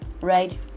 Right